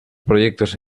proyectos